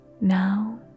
Now